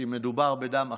כי מדובר בדם אחינו,